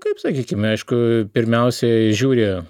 kaip sakykime aišku pirmiausia žiūri